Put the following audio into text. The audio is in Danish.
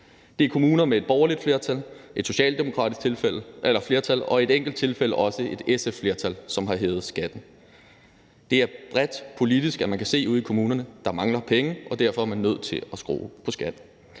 Det er kommuner med et borgerligt flertal, et socialdemokratisk flertal og i et enkelt tilfælde også et SF-flertal, som har hævet skatten. Det er bredt politisk, at man kan se ude i kommunerne, at der mangler penge, og at man derfor er nødt til at skrue på skatten.